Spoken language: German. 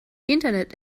internet